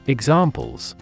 Examples